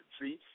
See